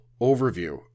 overview